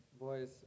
Boys